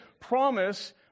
promise